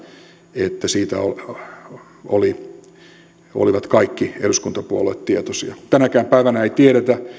että siitä olivat kaikki eduskuntapuolueet tietoisia tänäkään päivänä ei tiedetä